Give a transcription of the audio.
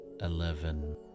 eleven